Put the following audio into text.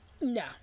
no